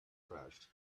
crashed